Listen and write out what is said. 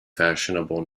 fashionable